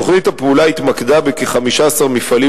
תוכנית הפעולה התמקדה בכ-15 מפעלים